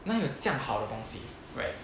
哪里有这样好的东西 right